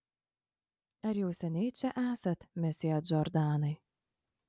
ar jau seniai čia esat mesjė džordanai